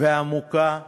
ועמוקה לנושא.